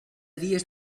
dies